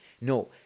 No